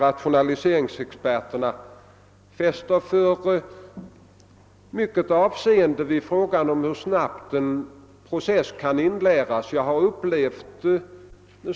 Rationaliseringsexperterna fäster kanske för stort avseende vid att en arbetsprocess skall inläras snabbt.